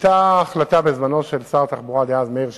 בזמנו היתה החלטה של שר התחבורה דאז, מאיר שטרית,